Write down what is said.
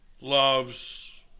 loves